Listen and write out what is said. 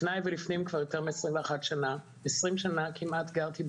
לפניי ולפנים כבר 21 שנה, 20 שנה כמעט גרתי בגליל,